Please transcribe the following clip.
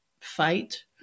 fight